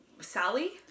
Sally